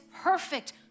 perfect